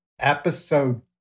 episode